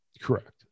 Correct